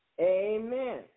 Amen